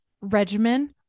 regimen